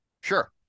Sure